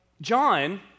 John